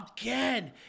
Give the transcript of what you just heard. Again